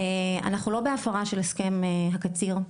אנחנו לא בהפרה של הסכם הקציר,